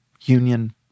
union